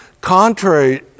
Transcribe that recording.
Contrary